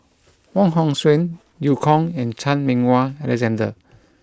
Wong Hong Suen Eu Kong and Chan Meng Wah Alexander